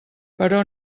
però